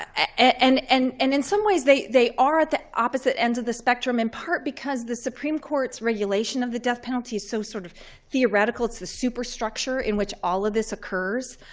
and and and in some ways, they they are at the opposite ends of the spectrum in part because the supreme court's regulation of the death penalty is so sort of theoretical. it's the superstructure in which all of this occurs,